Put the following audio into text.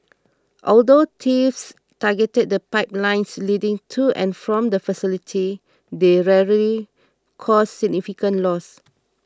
although thieves targeted the pipelines leading to and from the facility they rarely caused significant loss